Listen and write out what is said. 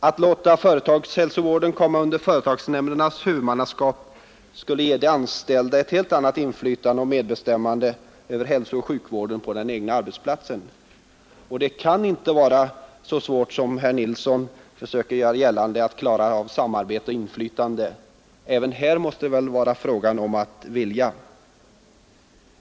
Att låta företagshälsovården komma under företagsnämndernas huvudmannaskap skulle ge de anställda ett helt annat inflytande och medbestämmande över hälsooch sjukvården på den egna arbetsplatsen. Det kan inte vara så svårt som herr Nilsson i Växjö försöker göra gällande att klara av samarbete och inflytande. Även här måste det vara fråga om att vilja.